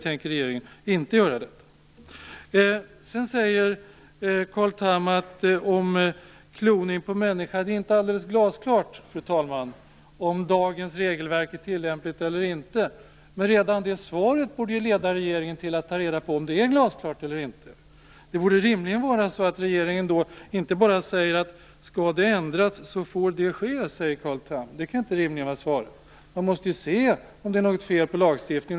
Sedan, fru talman, säger Carl Tham om kloning på människor att det inte är alldeles glasklart om dagens regelverk är tillämpligt eller inte. Men redan det svaret borde leda regeringen till att ta reda på om det är glasklart eller inte. Det borde rimligen vara så att regeringen inte bara säger att skall det ändras så får det ske, som Carl Tham säger. Det kan inte rimligen vara svaret. Man måste ju se om det är något fel på lagstiftningen.